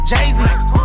Jay-Z